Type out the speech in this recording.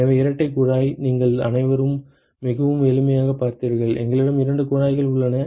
எனவே இரட்டை குழாய் நீங்கள் அனைவரும் மிகவும் எளிமையாகப் பார்த்தீர்கள் எங்களிடம் இரண்டு குழாய்கள் உள்ளன